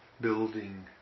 building